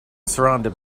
surrounded